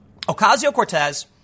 Ocasio-Cortez